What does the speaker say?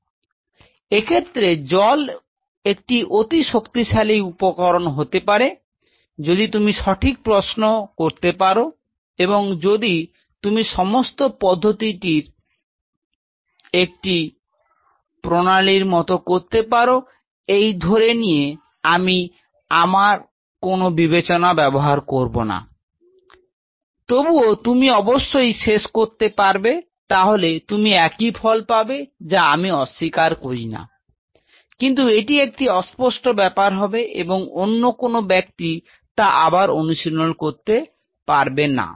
তো এক্ষেত্রে জল একটি অতি শক্তিশালী উপকরন হতে পারে যদি তুমি সঠিক প্রশ্ন করতে পার এবং যদি যদি তুমি সমস্ত পদ্ধতিটি ঠিক একটি উল্লেখ্য সময় 1902প্রনালীর মত করতে পার এই ধরে নিয়ে যে আমি আমার কোনও বিবেচনা ব্যাবহার করব না তবুও তুমি অবশ্যই শেষ করতে পারবে তাহলেও তুমি একই ফল পাবে যা আমি অস্বীকার করি না কিন্তু এটি একটি অস্পষ্ট ব্যাপার হবে এবং অন্য কোনও ব্যাক্তি তা আবার অনুশীলন করতে পারবে না